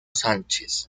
sánchez